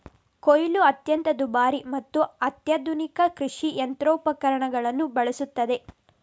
ಕೊಯ್ಲು ಅತ್ಯಂತ ದುಬಾರಿ ಮತ್ತು ಅತ್ಯಾಧುನಿಕ ಕೃಷಿ ಯಂತ್ರೋಪಕರಣಗಳನ್ನು ಬಳಸುತ್ತದೆ